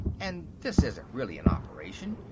and this isn't really an operation,